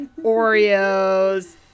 Oreos